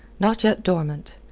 not yet dormant,